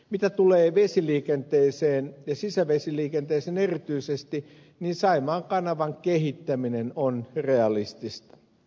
mitä tulee vesiliikenteeseen ja sisävesiliikenteeseen erityisesti niin saimaan kanavan kehittäminen on realistista